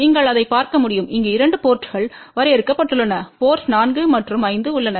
நீங்கள் அதை பார்க்க முடியும் இங்கு 2 போர்ட்ங்கள் வரையறுக்கப்பட்டுள்ளன போர்ட் 4 மற்றும் 5 உள்ளன